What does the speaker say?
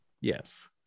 Yes